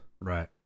Right